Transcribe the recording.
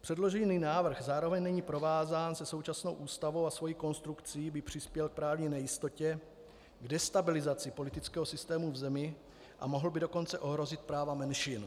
Předložený návrh zároveň není provázán se současnou Ústavou a svou konstrukcí by přispěl k právní nejistotě, k destabilizaci politického systému v zemi a mohl by dokonce ohrozit práva menšin.